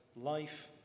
life